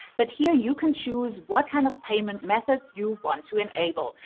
but here you can choose what kind of payment methods you want to enable.